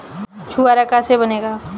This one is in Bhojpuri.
छुआरा का से बनेगा?